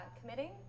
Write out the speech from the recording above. committing